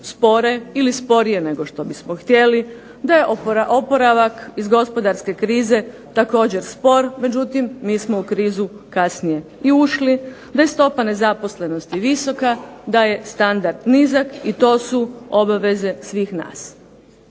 da je oporavak iz gospodarske krize također spor, međutim mi smo u krizu i kasnije ušli, da je stopa nezaposlenosti visoka, da je standard nizak i to su obaveze svih nas.